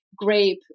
grape